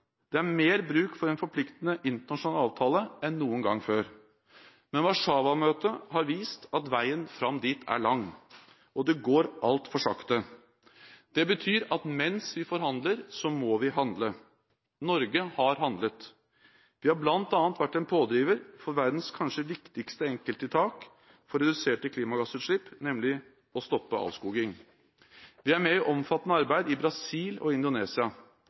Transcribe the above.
Det er mer bruk for en forpliktende internasjonal avtale enn noen gang før. Men Warszawa-møtet har vist at veien fram dit er lang, og det går altfor sakte. Det betyr at mens vi forhandler, må vi handle. Norge har handlet. Vi har bl.a. vært pådriver for verdens kanskje viktigste enkelttiltak for reduserte klimagassutslipp, nemlig å stoppe avskoging. Vi er med i omfattende arbeid i Brasil og i Indonesia.